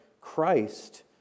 Christ